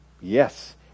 yes